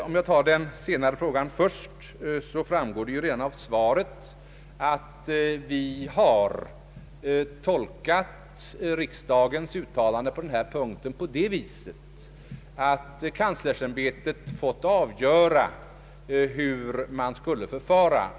Om jag tar det senare problemet först, framgår det redan av svaret att vi har tolkat riksdagens uttalande på denna punkt så, att kanslersämbetet fått avgöra, hur man skulle förfara.